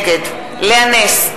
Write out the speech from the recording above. נגד לאה נס,